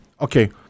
Okay